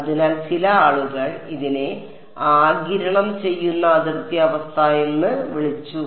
അതിനാൽ ചില ആളുകൾ ഇതിനെ ആഗിരണം ചെയ്യുന്ന അതിർത്തി അവസ്ഥ എന്ന് വിളിച്ചു